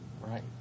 right